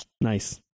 Nice